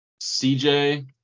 CJ